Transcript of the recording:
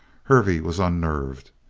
hervey was unnerved.